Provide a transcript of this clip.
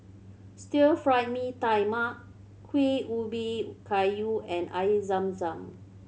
Stir Fry Mee Tai Mak Kuih Ubi Kayu and Air Zam Zam